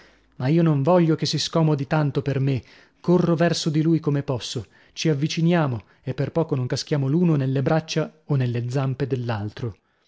ma io non voglio che si scomodi tanto per me corro verso di lui come posso ci avviciniamo e per poco non caschiamo l'uno nelle braccia o nelle zampe